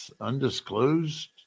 undisclosed